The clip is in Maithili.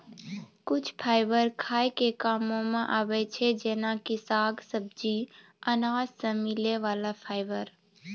कुछ फाइबर खाय के कामों मॅ आबै छै जेना कि साग, सब्जी, अनाज सॅ मिलै वाला फाइबर